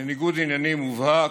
בניגוד עניינים מובהק,